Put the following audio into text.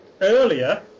earlier